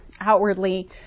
Outwardly